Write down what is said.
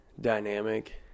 dynamic